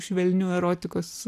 švelniu erotikos